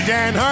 Dan